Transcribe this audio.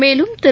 மேலும் திரு